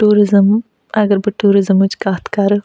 tourism اَگر بہٕ ٹوٗرِزٕمٕچ کَتھ کَرٕ